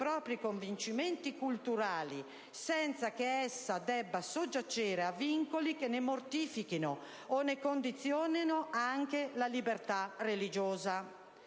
propri convincimenti culturali, senza che essa debba soggiacere a vincoli che ne mortifichino o ne condizionino anche la libertà religiosa.